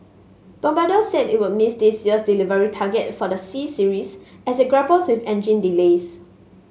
bombardier said it would miss this year's delivery target for the C Series as it grapples with engine delays